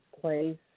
place